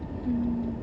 mm